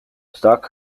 stock